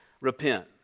repent